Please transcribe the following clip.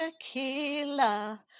Tequila